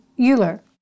Euler